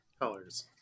colors